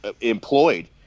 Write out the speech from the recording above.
employed